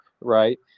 right